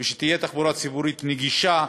ושתהיה תחבורה ציבורית נגישה,